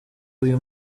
uyu